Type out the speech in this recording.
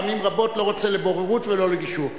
פעמים רבות לא רוצה ללכת לבוררות ולא לגישור.